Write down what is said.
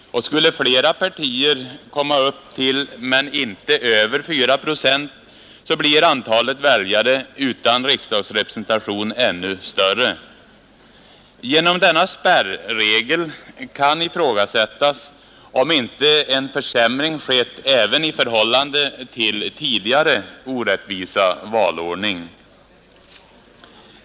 Skulle flera partier komma upp till men ej över 4 procent blir antalet väljare utan riksdagsrepresentation ännu större. På grund av denna spärregel kan ifrågasättas om inte en försämring skett även i förhållande till tidigare orättvisa valordning.